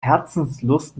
herzenslust